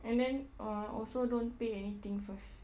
and then uh also don't pay anything first